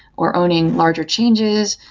or owning larger changes,